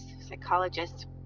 psychologist